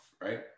right